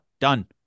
Done